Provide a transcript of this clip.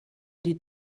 die